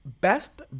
best